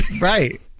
Right